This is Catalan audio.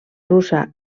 russa